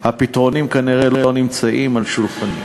הפתרונים כנראה אינם על שולחני.